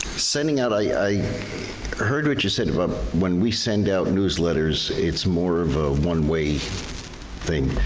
sending out, i heard what you said about when we send out newsletters, it's more of a one way thing.